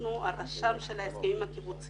אנחנו הרשם של ההסכמים הקיבוציים.